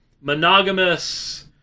monogamous